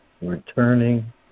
returning